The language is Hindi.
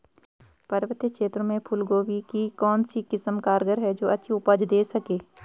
पर्वतीय क्षेत्रों में फूल गोभी की कौन सी किस्म कारगर है जो अच्छी उपज दें सके?